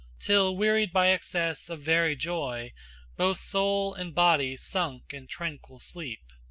till wearied by excess of very joy both soul and body sunk in tranquil sleep.